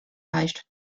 leicht